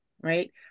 right